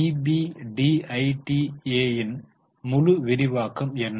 EBITDA ன் முழு விரிவாக்கம் என்ன